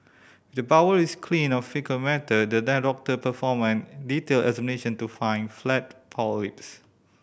the bowel is clean of faecal matter then doctor can perform a detailed examination to find flat polyps